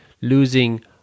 losing